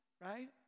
right